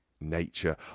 nature